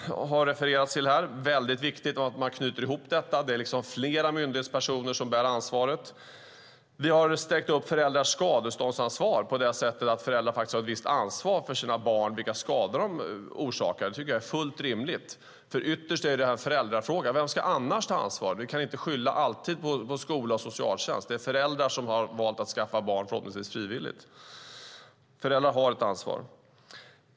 Det är viktigt att man knyter ihop detta. Det är flera myndighetspersoner som bär ansvaret. Vi har sträckt ut föräldrars skadeståndsansvar på det sätt att föräldrar har ett visst ansvar för sina barn och för de skador de orsakar. Jag tycker att det är fullt rimligt. Ytterst är det här en föräldrafråga. Vem ska annars ta ansvar? Vi kan inte alltid skylla på skola och socialtjänst. Det är föräldrar som har valt att skaffa barn, förhoppningsvis frivilligt. Föräldrarna har ett ansvar.